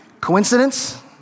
Coincidence